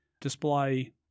display